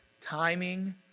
timing